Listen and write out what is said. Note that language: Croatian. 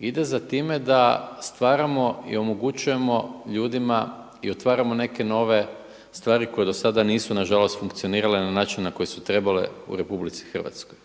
ide za time da stvaramo i omogućujemo ljudima i otvaramo neke nove stvari koje do sada nisu na žalost funkcionirale na način na koji su trebale u RH. Ja sam